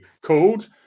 Called